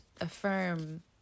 affirm